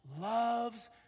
loves